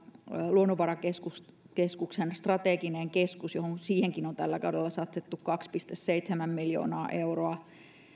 luonnonvarakeskuksen strateginen keskus johon siihenkin on tällä kaudella satsattu kaksi pilkku seitsemän miljoonaa euroa